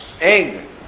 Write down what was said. egg